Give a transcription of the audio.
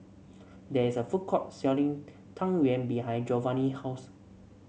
there is a food court selling Tang Yuen behind Jovanny's house